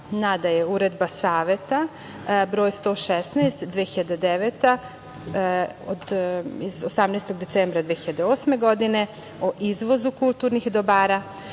NADA je uredba Saveta broj 116-2009 iz 18. decembra 2008. godine o izvozu kulturnih dobara;